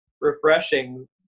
refreshing